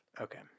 Okay